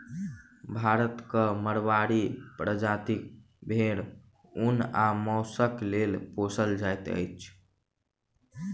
भारतक माड़वाड़ी प्रजातिक भेंड़ ऊन आ मौंसक लेल पोसल जाइत अछि